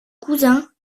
cousin